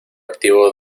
activo